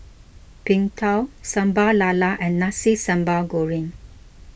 Png Tao Sambal Lala and Nasi Sambal Goreng